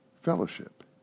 fellowship